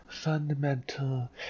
fundamental